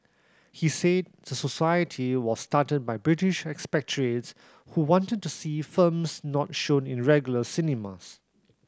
he said the society was started by British expatriates who wanted to see films not shown in regular cinemas